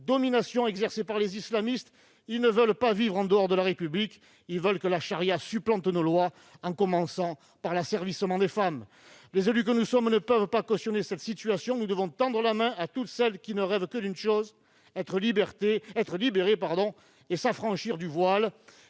domination exercée par les islamistes. Ceux-ci ne veulent pas vivre en dehors de la République, ils veulent que la charia supplante nos lois, en commençant par l'asservissement des femmes. Les élus que nous sommes ne peuvent pas cautionner cette situation. Nous devons tendre la main à toutes celles qui ne rêvent que d'une chose : être libérées et s'affranchir du voile.